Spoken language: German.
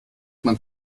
man